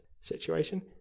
situation